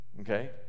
Okay